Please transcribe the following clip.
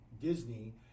Disney